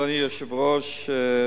אדוני היושב-ראש,